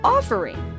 Offering